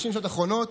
30 שניות אחרונות,